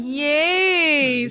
yay